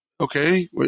okay